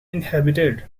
uninhabited